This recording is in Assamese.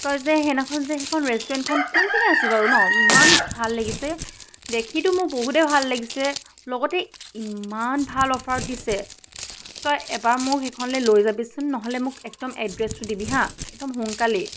তই যে সেইদিনাখন যে সেইখন ৰেষ্টুৰেণ্টখন কোনপিনে আছে বাৰু ন ইমান ভাল লাগিছে দেখিতো মোৰ বহুতেই ভাল লাগিছে লগতে ইমান ভাল অফাৰত দিছে তই এবাৰ মোক সেইখনলে লৈ যাবিচোন নহ'লে মোক একদম এড্ৰেছটো দিবি হা একদম সোনকালেই